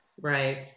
Right